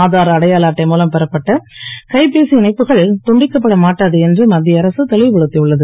ஆதார் அடையாள அட்டை மூலம் பெறப்பட்ட கைப்பேசி இணைப்புகள் துண்டிக்கப்பட மாட்டாது என்று மத் ய அரசு தெளிவுபடுத் உள்ளது